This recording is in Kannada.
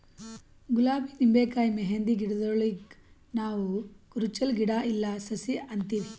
ಗುಲಾಬಿ ನಿಂಬಿಕಾಯಿ ಮೆಹಂದಿ ಗಿಡಗೂಳಿಗ್ ನಾವ್ ಕುರುಚಲ್ ಗಿಡಾ ಇಲ್ಲಾ ಸಸಿ ಅಂತೀವಿ